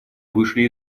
вышли